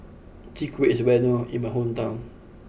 Chwee Kueh is well known in my hometown